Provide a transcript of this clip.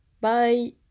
bye